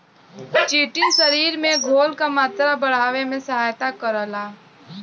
chitin शरीर में घोल क मात्रा बढ़ावे में सहायता करला